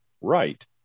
right